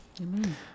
Amen